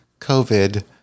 COVID